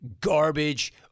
garbage